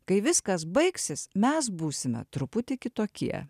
kai viskas baigsis mes būsime truputį kitokie